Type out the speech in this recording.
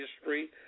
history